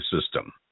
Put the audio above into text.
system